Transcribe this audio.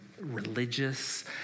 religious